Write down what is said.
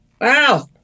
wow